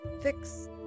fix